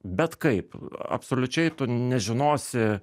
bet kaip absoliučiai tu nežinosi